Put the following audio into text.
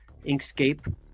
Inkscape